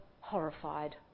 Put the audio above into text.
horrified